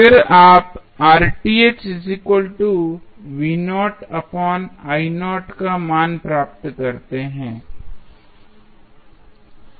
फिर आप का मान प्राप्त करते हैं